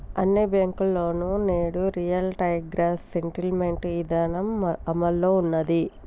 అన్ని బ్యేంకుల్లోనూ నేడు రియల్ టైం గ్రాస్ సెటిల్మెంట్ ఇదానం అమల్లో ఉన్నాది